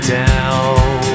down